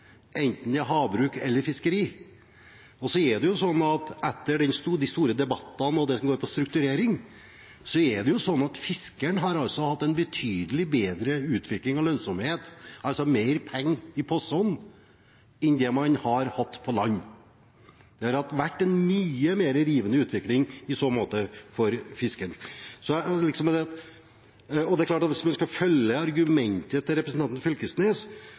enten det er havbruk eller fiskeri. Etter de store debattene og det som går på strukturering, har fiskeren hatt en betydelig bedre utvikling i lønnsomhet, altså mer penger i posen, enn man har hatt på land. Det har vært en mye mer rivende utvikling i så måte for fiskeren. Hvis man skal følge argumentet til representanten Knag Fylkesnes, har også ungdomsfiskeordningen gjort at